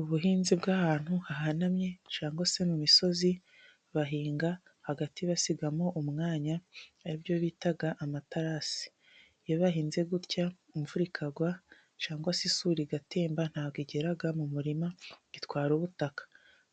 Ubuhinzi bw'ahantu hahanamye cyangwa se mu misozi bahinga hagati basigamo umwanya aribyo bita amatarasi. Iyo yabahinze gutya imvura ikagwa cyangwa se isuri igatemba ,ntabwo igera mu murima ngo itwara ubutaka,